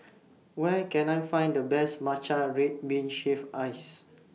Where Can I Find The Best Matcha Red Bean Shaved Ice